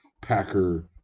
Packer